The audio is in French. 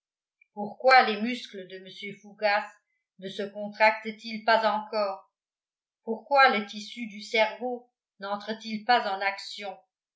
pourquoi les muscles de mr fougas ne se contractent ils pas encore pourquoi le tissu du cerveau nentre t il pas en action